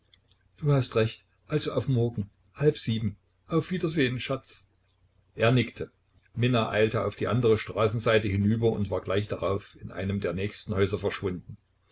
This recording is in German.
du hast recht also auf morgen halb sieben auf wiedersehen schatz er nickte minna eilte auf die andere straßenseite hinüber und war gleich darauf in einem der nächsten häuser verschwunden